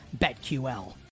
betql